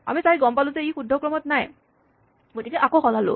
আমি চাই গম পালো যে ই শুদ্ধ ক্ৰমত নাই গতিকে আকৌ সলালো